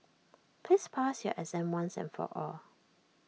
please pass your exam once and for all